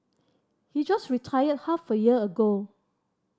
he just retired half a year ago